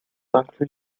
inclus